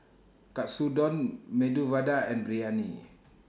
Katsudon Medu Vada and Biryani